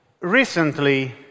Recently